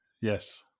Yes